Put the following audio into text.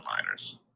liners